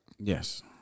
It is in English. Yes